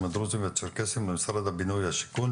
הדרוזים והצ'רקסיים במשרד הבינוי והשיכון